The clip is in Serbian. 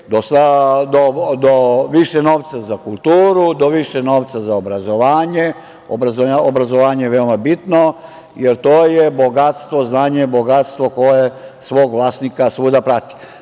do više novca za kulturu, do više novca za obrazovanje. Obrazovanje je veoma bitno jer to je bogatstvo, znanje je bogatstvo koje svog vlasnika svuda prati. Strane